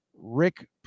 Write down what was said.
Rick